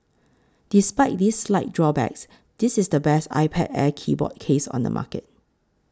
despite these slight drawbacks this is the best iPad Air keyboard case on the market